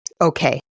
okay